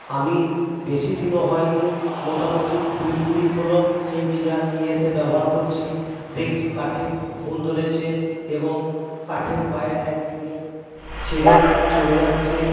আমি বেশি দিনও হয় নি মোটামুটি দিন কুড়ি হলো সেই চেয়ার নিয়ে এসে ব্যবহার করছি দেখছি কাঠে ঘুণ ধরেছে এবং কাঠের পায়ার এক দিকে ছেড়ে চলে যাচ্ছে